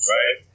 Right